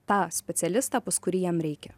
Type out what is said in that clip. tą specialistą pas kurį jam reikia